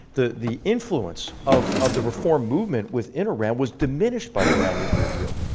the the influence of of the reform movement within iran was diminished by the iran nuclear deal.